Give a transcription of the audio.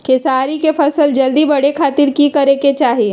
खेसारी के फसल जल्दी बड़े के खातिर की करे के चाही?